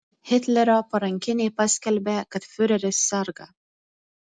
hitlerio parankiniai paskelbė kad fiureris serga